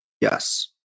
Yes